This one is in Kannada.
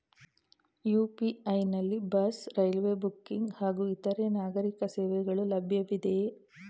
ಯು.ಪಿ.ಐ ನಲ್ಲಿ ಬಸ್, ರೈಲ್ವೆ ಬುಕ್ಕಿಂಗ್ ಹಾಗೂ ಇತರೆ ನಾಗರೀಕ ಸೇವೆಗಳು ಲಭ್ಯವಿದೆಯೇ?